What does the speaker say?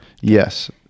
yes